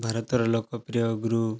ଭାରତର ଲୋକପ୍ରିୟ ଗୁରୁ